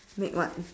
make what